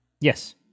yes